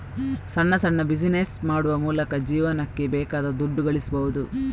ಸಣ್ಣ ಸಣ್ಣ ಬಿಸಿನೆಸ್ ಮಾಡುವ ಮೂಲಕ ಜೀವನಕ್ಕೆ ಬೇಕಾದ ದುಡ್ಡು ಗಳಿಸ್ಬಹುದು